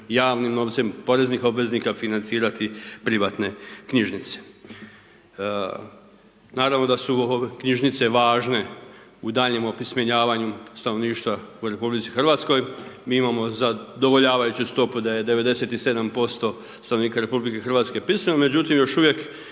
javnim novcem poreznih obveznika financirati privatne knjižnice. Naravno da su knjižnice važne u daljnjem opismenjavanju stanovništva u RH, mi imamo zadovoljavajuću stopu da je 97% stanovnika RH pismeno, međutim još uvijek